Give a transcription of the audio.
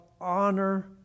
honor